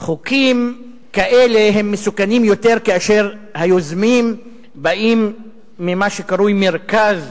חוקים כאלה מסוכנים יותר כאשר היוזמים באים ממה שקרוי מרכז